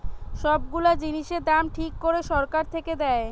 সব গুলা জিনিসের দাম ঠিক করে সরকার থেকে দেয়